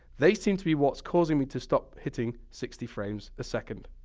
they seem to be what's causing me to stop hitting sixty frames a second.